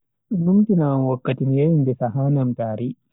Do numtina am wakkati mi yehi ngesa ha namtaari.